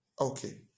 Okay